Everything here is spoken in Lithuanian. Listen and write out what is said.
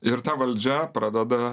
ir ta valdžia pradeda